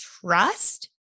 trust